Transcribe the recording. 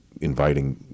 inviting